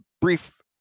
brief